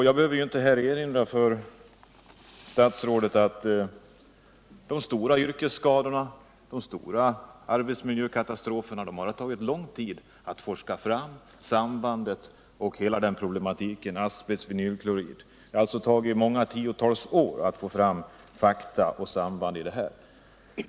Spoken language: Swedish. Jag behöver här inte erinra statsrådet om att det tagit lång tid att forska fram sambandet mellan yrkesskadorna och arbetsmiljökatastroferna, det kan vara fråga om tiotals år.